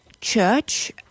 church